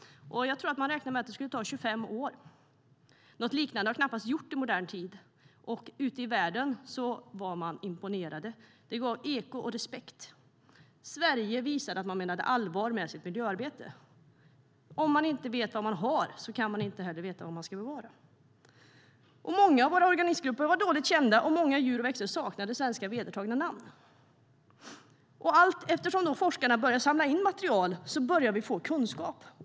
Jag tror att man räknade med att det skulle ta 25 år. Något liknande har knappast gjorts i modern tid. Ute i världen var man imponerad. Det gav eko och respekt. Sverige visade att man menade allvar med sitt miljöarbete. Allteftersom forskarna började samla in material började vi få kunskap.